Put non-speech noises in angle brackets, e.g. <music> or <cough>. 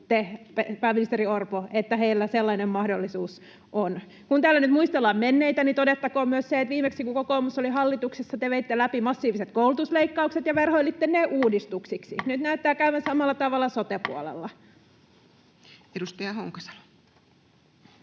pääministeri Orpo, että heillä sellainen mahdollisuus on? Kun täällä nyt muistellaan menneitä, niin todettakoon myös se, että viimeksi kun kokoomus oli hallituksessa, te veitte läpi massiiviset koulutusleikkaukset ja verhoilitte ne uudistuksiksi. <noise> Nyt näyttää käyvän samalla tavalla sote-puolella. [Speech 300]